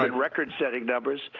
but record-setting numbers.